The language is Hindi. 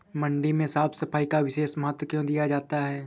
मंडी में साफ सफाई का विशेष महत्व क्यो दिया जाता है?